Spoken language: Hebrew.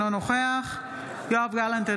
אינו נוכח יואב גלנט,